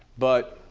but